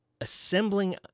Assembling